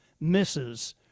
Misses